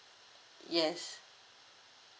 yes